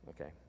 Okay